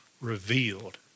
revealed